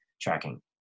tracking